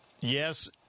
yes